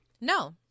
No